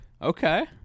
Okay